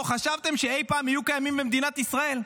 חשבתם שאי-פעם יהיו קיימים במדינת ישראל.